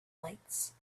lights